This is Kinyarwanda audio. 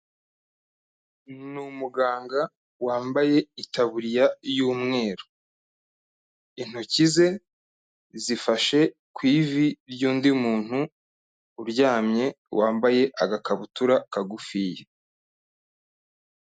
Ni umuganga wambaye itaburiya y'umweru. Intoki ze, zifashe ku ivi ry'undi muntu uryamye, wambaye agakabutura kagufiya.